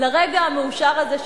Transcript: לרגע המאושר הזה,